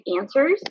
answers